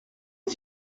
est